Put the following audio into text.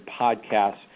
podcasts